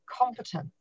competence